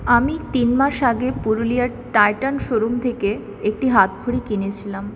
আমি তিনমাস আগে পুরুলিয়ার টাইটান শোরুম থেকে একটি হাতঘড়ি কিনেছিলাম